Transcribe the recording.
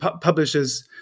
publishers